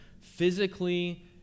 physically